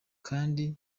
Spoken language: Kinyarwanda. kandi